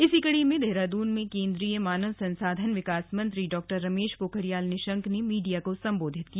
इसी कड़ी में देहरादून में केंद्रीय मानव संसाधन विकास मंत्री डॉ रमेश पोखरियाल निशंक ने मीडिया को संबोधित किया